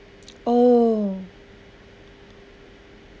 oh